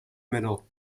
metal